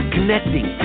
Connecting